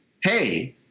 hey